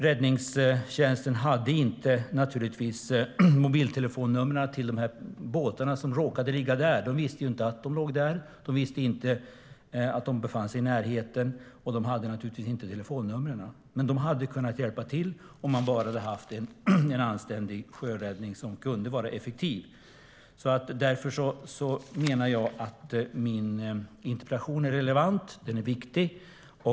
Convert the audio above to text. Räddningstjänsten hade naturligtvis inte mobiltelefonnumren till de båtar som råkade ligga i närheten. Räddningstjänsten visste inte att de låg där och var i närheten, och de hade naturligtvis inte telefonnumren. Men båtarna hade kunnat hjälpa till om det hade funnits en anständig sjöräddning som kunde vara effektiv. Därför menar jag att min interpellation är relevant och viktig.